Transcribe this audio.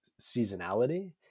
seasonality